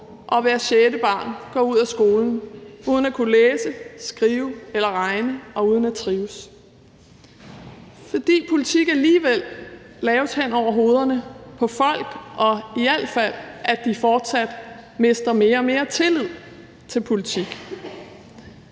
og hvert sjette barn går ud af skolen uden at kunne læse, skrive eller regne og uden at trives, og fordi politik alligevel laves hen over hovederne på folk og i alt fald, at de fortsat mister mere og mere tillid til politik.